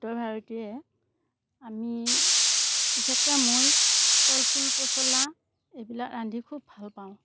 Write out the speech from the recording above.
উত্তৰ ভাৰতীয়ই আমি বিশেষকৈ মই কল ফুল পচলা এই বিলাক ৰান্ধি খুব ভাল পাওঁ